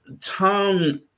Tom